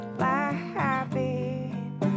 laughing